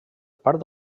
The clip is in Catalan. part